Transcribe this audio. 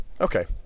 Okay